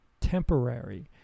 temporary